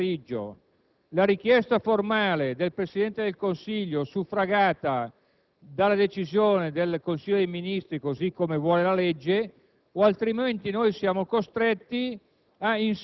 Quindi, delle due l'una: o prima di domani pomeriggio arriva la richiesta formale del Presidente del Consiglio, suffragata dalla decisione del Consiglio dei ministri, così come vuole la legge,